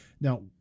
Now